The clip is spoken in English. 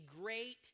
great